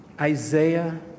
Isaiah